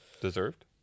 deserved